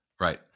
right